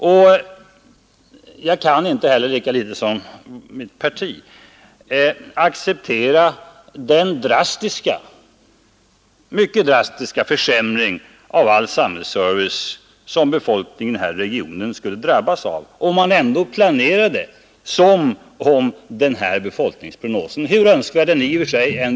Och jag kan inte acceptera den mycket drastiska försämring av all samhällsservice som befolkningen i denna region skulle drabbas av, om man ändå planerade som om den här befolkningsprognosen vore riktig. Herr talman!